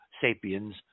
sapiens